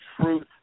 truth